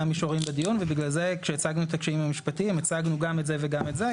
בדיון ובגלל זה כשהצגנו את הקשיים המשפטיים הצגנו גם את זה וגם את זה,